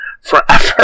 forever